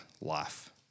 life